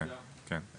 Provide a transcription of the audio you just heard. כן כן,